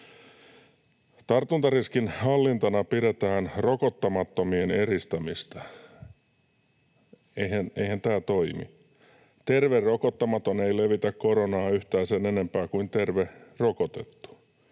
Tartuntariskin hallintana pidetään rokottamattomien eristämistä. Eihän tämä toimi. Terve rokottamaton ei levitä koronaa yhtään sen enempää kuin terve rokotettu.